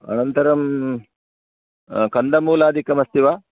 अनन्तरं कन्दमूलादिकमस्ति वा